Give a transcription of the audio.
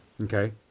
Okay